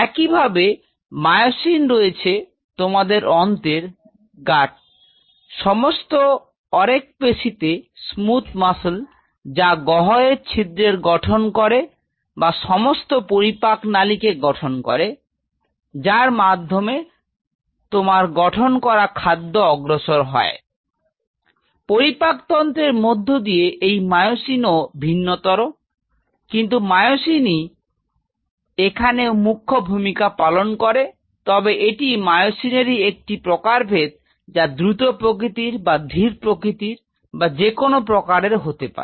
একইভাবে মায়োসিন রয়েছে তোমাদের অন্ত্রের সমস্ত অরেখ পেশিতে যা গহ্বরের ছ্রিদ্রের গঠন করে বা সমস্ত পরিপাকনালীকে গঠন করে যার মাধ্যমে তোমার গ্রহন করা খাদ্য অগ্রসর হয় Refer Time 1113 পরিপাকতন্ত্রের মধ্যে দিয়ে এই মায়োসিন ও ভিন্নতর কিন্তু মায়োসিনই এখানেও মুখ্য ভুমিকা পালন করে তবে এটি মায়োসিনেরই একটি প্রকারভেদ যা দ্রুত প্রকৃতির বা ধীর প্রকৃতির বা যেকোনো প্রকার হতে পারে